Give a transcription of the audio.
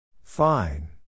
Fine